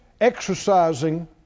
exercising